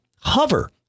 hover